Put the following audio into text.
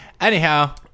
Anyhow